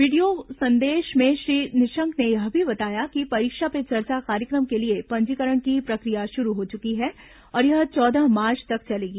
video संदेश में श्री निशंक ने यह भी बताया कि परीक्षा पे चर्चा कार्यक्रम के लिए पंजीकरण की प्रक्रिया शुरू हो चुकी है और यह चौदह मार्च तक चलेगी